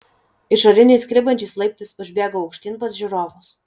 išoriniais klibančiais laiptais užbėgau aukštyn pas žiūrovus